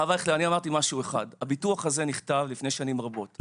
הרב אייכלר, הביטוח הזה נכתב לפני שנים רבות.